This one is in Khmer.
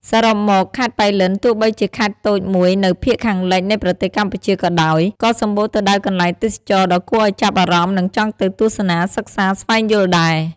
សរុបមក ខេត្តប៉ៃលិន ទោះបីជាខេត្តតូចមួយនៅភាគខាងលិចនៃប្រទេសកម្ពុជាក៏ដោយ ក៏សម្បូរទៅដោយកន្លែងទេសចរណ៍ដ៏គួរឱ្យចាប់អារម្មណ៍និងចង់ទៅទស្សនាសិក្សាស្វែងយល់ដែរ។